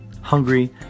hungry